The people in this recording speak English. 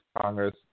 Congress